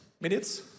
Minutes